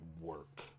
work